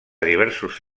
diversos